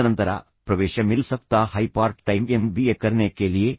ತದನಂತರ ಪ್ರವೇಶ ಮಿಲ್ ಸಕ್ತಾ ಹೈ part time M B A ಕರ್ನೆ ಕೆ ಲಿಯೇ